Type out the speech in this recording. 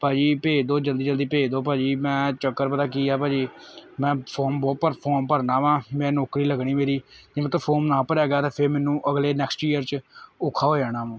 ਭਾਅ ਜੀ ਭੇਜ ਦੋ ਜਲਦੀ ਜਲਦੀ ਭੇਜ ਦੋ ਭਾਅ ਜੀ ਮੈਂ ਚੱਕਰ ਪਤਾ ਕੀ ਐ ਭਾਅ ਜੀ ਮੈਂ ਫੋਮ ਵੀ ਫੋਮ ਭਰਨਾ ਵਾ ਮੈਂ ਨੌਕਰੀ ਲੱਗਣੀ ਮੇਰੀ ਜੇ ਮੈਥੋਂ ਫੋਮ ਨਾ ਭਰਿਆ ਗਿਆ ਤਾਂ ਫੇਰ ਮੈਨੂੰ ਅਗਲੇ ਨੈਕਸਟ ਈਅਰ 'ਚ ਔਖਾ ਹੋ ਜਾਣਾ